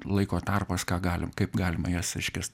laiko tarpas ką galim kaip galima jas reiškias